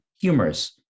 humorous